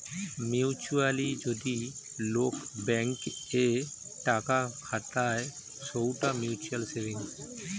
mutually যদি লোক bank এ টাকা খাতায় সৌটা মিউচুয়াল সেভিংস